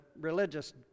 religious